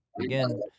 again